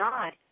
God